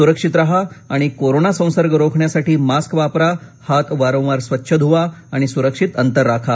सुरक्षित राहा आणि कोरोना संसर्ग रोखण्यासाठी मास्क वापरा हात वारंवार स्वच्छ धुवा आणि सुरक्षित अंतर राखा